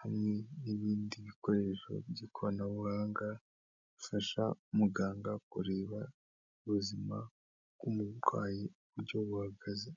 hamwe n'ibindi bikoresho by'ikoranabuhanga bifasha muganga kureba ubuzima bw'umurwayi uburyo buhagaze.